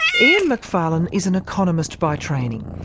ian macfarlane is an economist by training.